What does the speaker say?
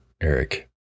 Eric